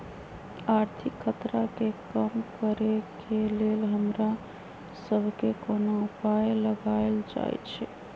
आर्थिक खतरा के कम करेके लेल हमरा सभके कोनो उपाय लगाएल जाइ छै